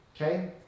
okay